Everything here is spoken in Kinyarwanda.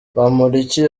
bamporiki